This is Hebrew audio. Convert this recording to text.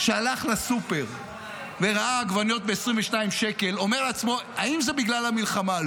שהלך לסופר וראה עגבניות ב-22 שקל אמר לעצמו: האם זה בגלל המלחמה?